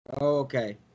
Okay